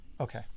Okay